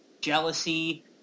jealousy